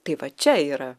tai vat čia yra